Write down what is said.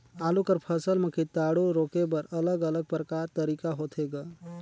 आलू कर फसल म कीटाणु रोके बर अलग अलग प्रकार तरीका होथे ग?